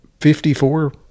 Fifty-four